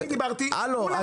אני דיברתי כולם --- הלו,